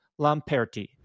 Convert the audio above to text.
Lamperti